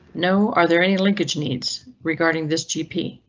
no. are there any linkage needs regarding this gp?